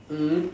mm